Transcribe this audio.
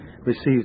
receives